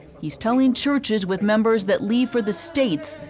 he is telling churches with members that leave for the states,